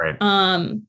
Right